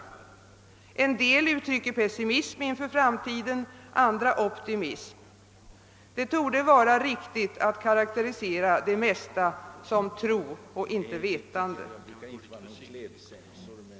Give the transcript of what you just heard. En del uttrycker pessimism inför framtiden, andra optimism. Det torde vara riktigt att karakterisera det mesta som tro och inte vetande.